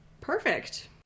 Perfect